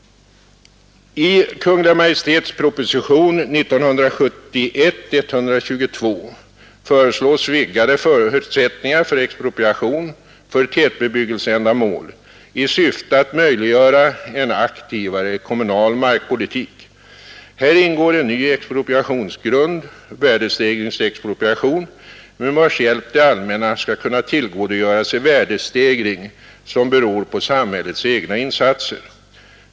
I Kungl. Maj:ts proposition nr 122 föreslås vidgade förutsättningar för expropriation för tätbebyggelseändamäl i syfte att möjliggöra en aktivare kommunal markpolitik. Häri ingår en ny expropriationsgrund, värdestegringsexpropriation, med vars hjälp det allmänna skall kunna tillgodogöra sig värdestegringar som beror på samhällets egna insatser.